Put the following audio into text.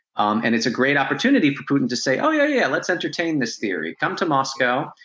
um and it's a great opportunity for putin to say, oh yeah yeah, let's entertain this theory. come to moscow,